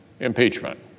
Impeachment